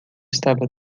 estava